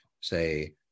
say